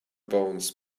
bones